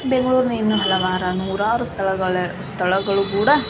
ಬೆಂಗ್ಳೂರಿನ ಇನ್ನು ಹಲವಾರು ನೂರಾರು ಸ್ಥಳಗಳ ಸ್ಥಳಗಳು ಕೂಡ